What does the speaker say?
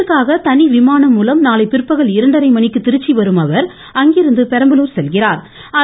இதற்காக தனி விமானம் மூலம் நாளை பிற்பகல் இரண்டரை மணிக்கு திருச்சி வரும் அவர் இங்கிருந்து பெரம்பலூர் செல்கிநார்